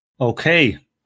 Okay